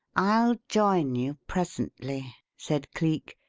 i'll join you presently, said cleek,